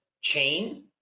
chain